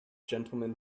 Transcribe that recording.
gentlemen